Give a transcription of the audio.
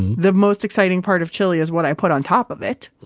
the most exciting part of chili is what i put on top of it.